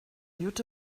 jutta